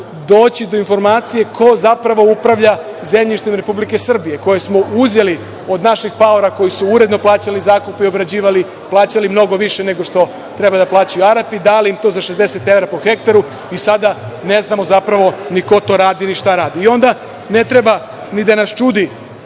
doći do informacije ko zapravo upravlja zemljištem Republike Srbije koje smo uzeli od naših paora koji su uredno plaćali zakupe i obrađivali, plaćali mnogo više nego što treba da plaćaju Arapi. Dali im tu za 60 evra po hektaru i sada ne znamo zapravo ni ko to radi ni šta radi. Onda ne treba ni da nas čudi